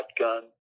shotgun